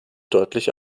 deutlich